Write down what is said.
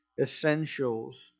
essentials